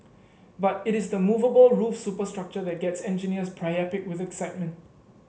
but it is the movable roof superstructure that gets engineers priapic with excitement